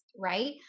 right